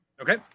Okay